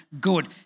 Good